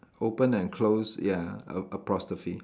open and close ya a~ apostrophe